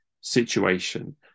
situation